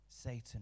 Satan